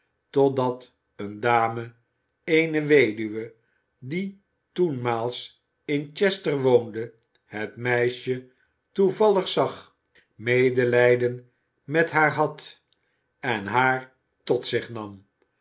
totdat een dame eene weduwe die toenmaals in chester woonde het meisje toevallig zag medelijden met haar had en haar tot zich nam